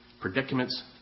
predicaments